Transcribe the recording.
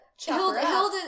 Hilda